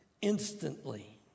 instantly